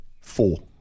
four